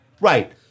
right